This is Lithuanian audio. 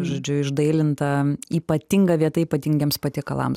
žodžiu išdailinta ypatinga vieta ypatingiems patiekalams